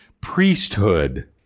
priesthood